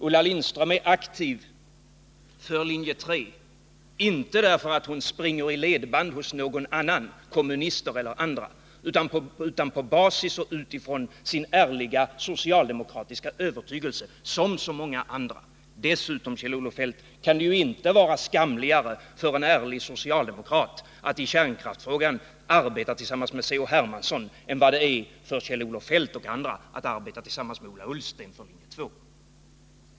Ulla Lindström är aktiv för linje 3 inte därför att hon springer i ledband hos någon annan, kommunister eller andra, utan på basis av sin ärliga socialdemokratiska övertygelse, som så många andra. Dessutom kan det ju inte vara skamligare för en ärlig socialdemokrat att i kärnkraftsfrågan arbeta tillsammans med C.-H. Hermansson än vad det är för Kjell-Olof Feldt och andra att arbeta tillsammans med Ola Ullsten för linje 2.